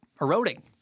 eroding